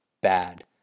bad